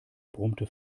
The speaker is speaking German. brummte